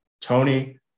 Tony